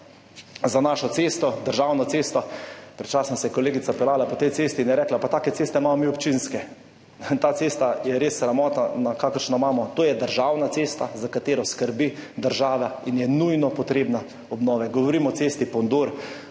za našo državno cesto. Pred časom se je kolegica peljala po tej cesti in je rekla, pa take ceste imamo mi občinske. In ta cesta je res sramota, kakršno imamo. To je državna cesta, za katero skrbi država in je nujno potrebna obnove. Govorim o cesti Pondor–Tabor.